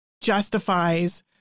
justifies